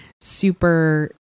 super